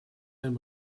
and